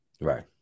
Right